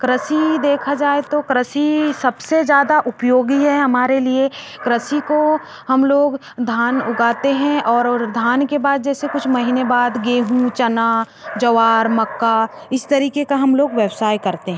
कृषि देखा जाए तो कृषि सबसे ज़्यादा उपयोगी है हमारे लिए कृषि को हम लोग धान उगाते हैं और और धान के बाद जैसे कुछ महीने बाद गेहूँ चना ज्वार मक्का इस तरीके का हमलोग व्यवसाय करते हैं